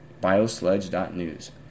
Biosludge.news